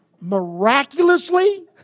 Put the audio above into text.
Miraculously